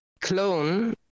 clone